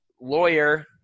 lawyer